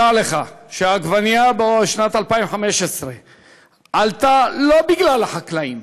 דע לך שעגבנייה בשנת 2015 עלתה לא בגלל החקלאים,